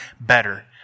better